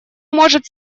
может